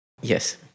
Yes